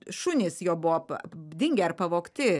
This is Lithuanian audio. šunys jo buvo pa dingę ar pavogti